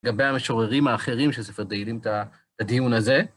לגבי המשוררים האחרים של ספר תהילים את הדיון הזה.